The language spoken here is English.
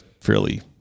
fairly